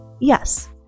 Yes